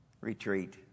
retreat